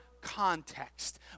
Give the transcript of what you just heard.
context